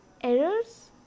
Errors